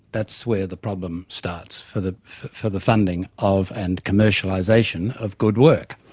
that's where the problem starts for the for the funding of and commercialisation of good work.